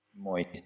moist